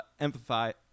empathize